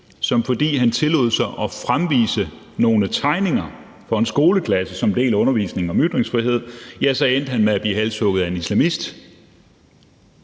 som, fordi han tillod sig at fremvise nogle tegninger for en skoleklasse som en del af undervisningen om ytringsfrihed, endte med at blive halshugget af en islamist.